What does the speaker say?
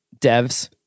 Devs